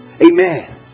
Amen